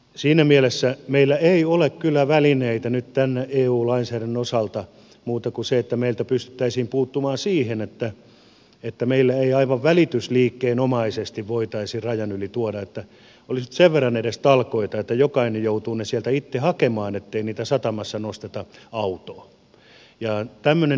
siinä mielessä meillä ei ole kyllä muita välineitä nyt tämän eu lainsäädännön osalta kuin se että meiltä pystyttäisiin puuttumaan niin että meillä ei aivan välitysliikkeen omaisesti voitaisi rajan yli tuoda että olisi nyt edes sen verran talkoita että jokainen joutuu ne sieltä itse hakemaan ettei niitä satamassa nosteta autoon